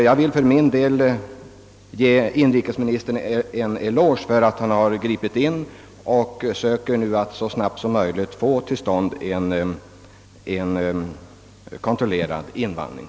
Jag vill för min del ge inrikesministern en eloge för att han gripit in för att så snart som möjligt få till stånd en kontrollerad invandring.